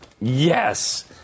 Yes